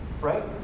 Right